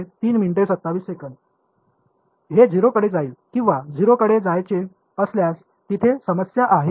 हे 0 कडे जाईल किंवा 0 कडे जायचे असल्यास तिथे समस्या आहे